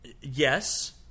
Yes